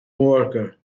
worker